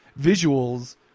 visuals